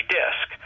disk